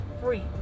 free